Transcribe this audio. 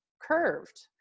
curved